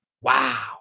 Wow